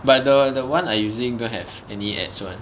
but the the one I using don't have any ads [one]